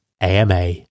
AMA